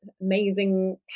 amazing